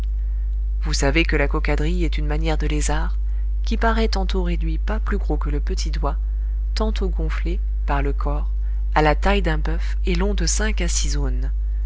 vous savez que la cocadrille est une manière de lézard qui paraît tantôt réduit pas plus gros que le petit doigt tantôt gonflé par le corps à la taille d'un boeuf et long de cinq à six aunes